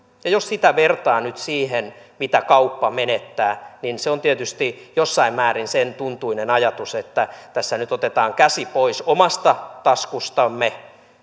jos sitä vertaa nyt siihen mitä kauppa menettää niin se on tietysti jossain määrin sen tuntuinen ajatus että tässä nyt otetaan käsi pois omasta taskustamme